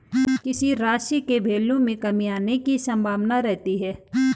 किसी राशि के वैल्यू में कमी आने की संभावना रहती है